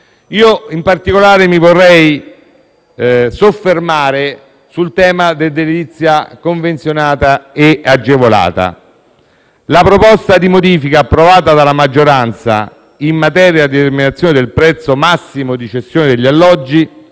In particolare, mi vorrei soffermare sul tema dell'edilizia convenzionata e agevolata. La proposta di modifica approvata dalla maggioranza in materia di determinazione del prezzo massimo di cessione degli alloggi